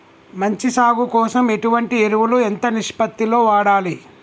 మంచి సాగు కోసం ఎటువంటి ఎరువులు ఎంత నిష్పత్తి లో వాడాలి?